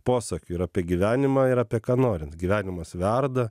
posakių ir apie gyvenimą ir apie ką norit gyvenimas verda